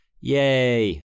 Yay